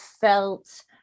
felt